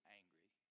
angry